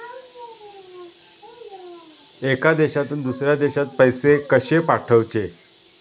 एका देशातून दुसऱ्या देशात पैसे कशे पाठवचे?